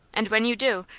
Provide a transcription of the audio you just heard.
and when you do,